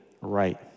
right